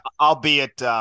albeit